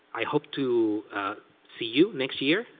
i hope to see you next year,